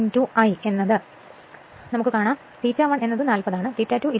ഇവിടെ ഞാൻ അർത്ഥമാക്കുന്നത് ∅1 എന്നത് 40 ആണ് ∅2 28